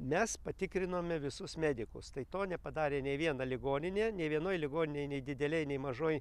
nes patikrinome visus medikus tai to nepadarė nei viena ligoninė nei vienoj ligoninėj nei didelėj nei mažoj